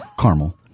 Caramel